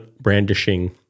brandishing